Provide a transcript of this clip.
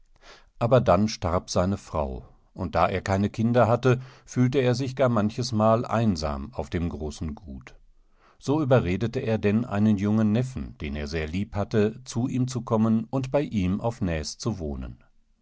aber dann starb seine frau und da er keine kinder hatte fühlte er sich gar manchesmaleinsamaufdemgroßengut soüberredeteerdenneinenjungen neffen den er sehr lieb hatte zu ihm zu kommen und bei ihm auf nääs zu wohnen